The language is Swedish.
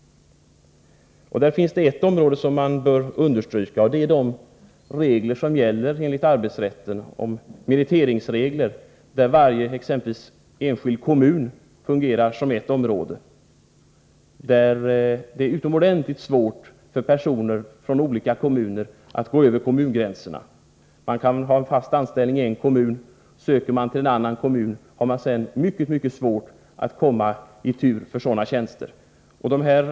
Man bör i detta sammanhang uppmärksamma de meriteringsregler som gäller enligt arbetsrätten. Varje enskild kommun fungerar som ett område, och det är utomordentligt svårt för personer från andra kommuner att så att säga gå över kommungränsen. Man kan ha fast anställning i en kommun. Söker man sedan arbete i en annan kommun, har man mycket svårt att komma i tur för tjänster där.